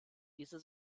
diese